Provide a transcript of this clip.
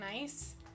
nice